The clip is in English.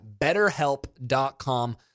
betterhelp.com